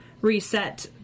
reset